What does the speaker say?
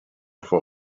for